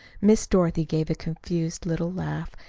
miss dorothy gave a confused little laugh,